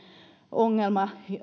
ongelma